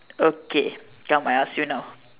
okay come I ask you now